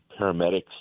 paramedics